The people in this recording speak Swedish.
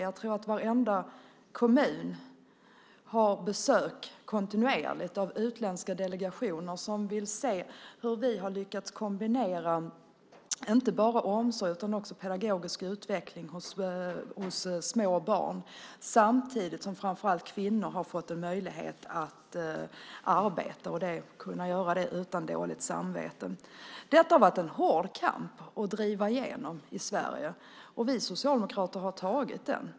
Jag tror att varenda kommun kontinuerligt har besök av utländska delegationer som vill se hur vi har lyckats kombinera omsorg om små barn och pedagogisk utveckling hos små barn samtidigt som framför allt kvinnor har fått en möjlighet att arbeta och göra det utan dåligt samvete. Det har varit en hård kamp att driva igenom detta i Sverige. Vi socialdemokrater har tagit den.